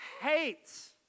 hates